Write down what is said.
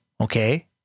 Okay